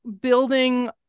building